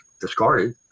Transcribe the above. discarded